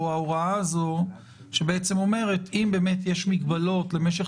או ההוראה הזו שאומרת שאם יש מגבלות למשך